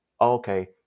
okay